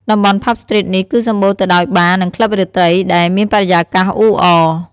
តំបន់ ផាប់ស្ទ្រីតនេះ គឺសម្បូរទៅដោយបារ និងក្លឹបរាត្រីដែល មានបរិយាកាសអ៊ូអរ។